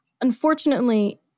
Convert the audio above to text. unfortunately